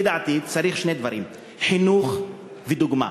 לפי דעתי צריך שני דברים: חינוך ודוגמה.